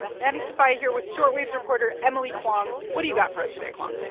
maddie sofia here with short wave's reporter emily kwong. what do you got for us today, kwong?